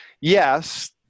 yes